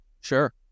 Sure